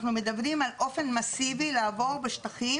אנחנו מדברים על אופן מסיבי לעבור בשטחים